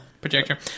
projector